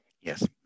Yes